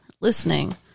listening